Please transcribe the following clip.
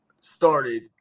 started